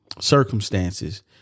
circumstances